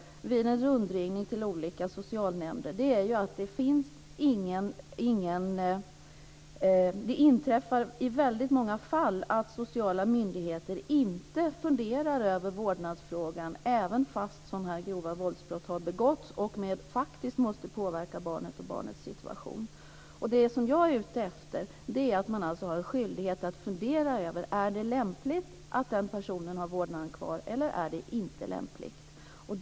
Vid en rundringning till olika socialnämnder kan vi se att i väldigt många fall funderar inte sociala myndigheter över vårdnadsfrågan, trots att grova våldsbrott har begåtts som måste påverka barnet och dess situation. Det som jag är ute efter är att man ska ha skyldighet att fundera över frågan: Är det lämpligt att den personen har vårdnaden kvar eller är det inte lämpligt?